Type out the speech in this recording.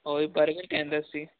ਉਹ ਬਰਗਰ ਕਹਿੰਦਾ ਸੀ